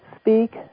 speak